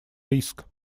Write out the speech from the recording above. риск